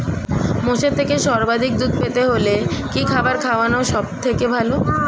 মোষের থেকে সর্বাধিক দুধ পেতে হলে কি খাবার খাওয়ানো সবথেকে ভালো?